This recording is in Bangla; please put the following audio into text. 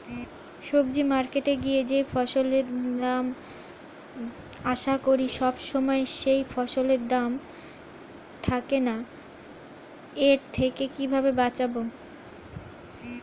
সবজি মার্কেটে গিয়ে যেই ফসলের দাম আশা করি সবসময় সেই দাম থাকে না এর থেকে কিভাবে বাঁচাবো?